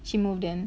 she moved in